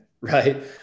Right